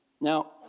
Now